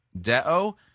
deo